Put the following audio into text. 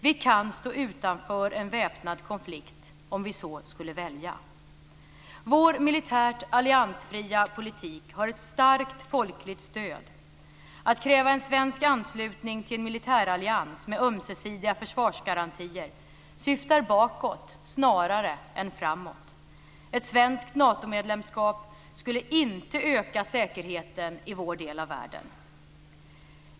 Vi kan stå utanför en väpnad konflikt om vi så skulle välja. Vår militärt alliansfria politik har ett starkt folkligt stöd. Att kräva en svensk anslutning till en militärallians med ömsesidiga försvarsgarantier syftar bakåt snarare än framåt. Ett svenskt Natomedlemskap skulle inte öka säkerheten i vår del av världen.